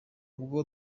ubwo